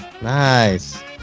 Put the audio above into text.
nice